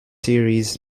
series